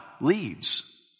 leaves